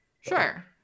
Sure